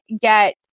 get